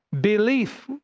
Belief